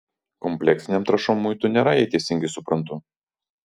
kompleksinėm trąšom muitų nėra jei teisingai suprantu